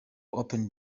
open